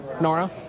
Nora